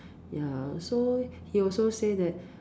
ya so he also say that